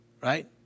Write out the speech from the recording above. right